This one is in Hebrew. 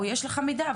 או יש לך מידע,